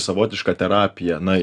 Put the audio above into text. savotišką terapiją na